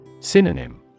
Synonym